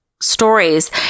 stories